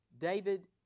David